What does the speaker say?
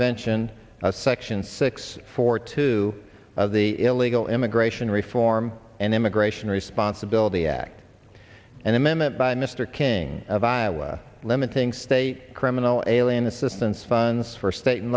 vention of section six four two of the illegal immigration reform and immigration responsibility act and amendment by mr king of iowa limiting state criminal alien assistance funds for state and